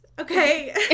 okay